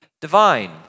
divine